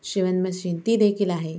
शिवण मशीन ती देखील आहे